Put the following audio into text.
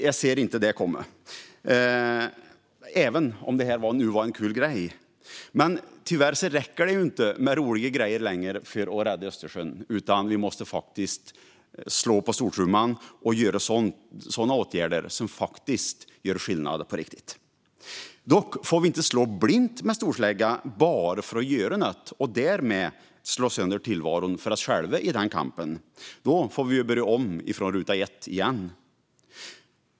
Det ser jag inte komma, även om det här var en kul grej. Tyvärr räcker det inte längre med roliga grejer för att rädda Östersjön, utan vi måste slå på stora trumman och göra åtgärder som gör skillnad på riktigt. Dock får vi inte slå blint med storsläggan bara för att göra något och därmed slå sönder tillvaron för oss själva i kampen. Då får vi ju börja om från ruta ett igen.